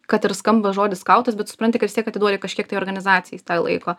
kad ir skamba žodis skautas bet supranti kad vis tiek atiduodi kažkiek tai organizacijai tai laiko